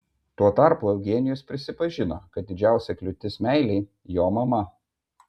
tuo tarpu eugenijus prisipažino kad didžiausia kliūtis meilei jo mama